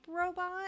robot